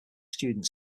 students